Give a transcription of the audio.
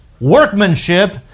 workmanship